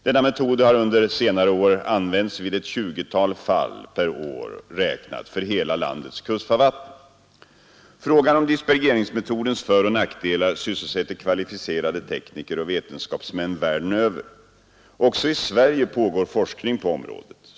Denna metod har under senare år använts vid ett 20-tal fall per år räknat för hela landets kustfarvatten. Frågan om dispergeringsmetodens föroch nackdelar sysselsätter kvalificerade tekniker och vetenskapsmän världen över. Också i Sverige pågår forskning på området.